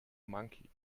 monkey